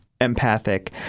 empathic